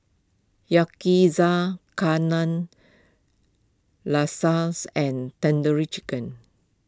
Yakizakana Lasas and Tandoori Chicken